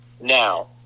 now